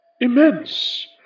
immense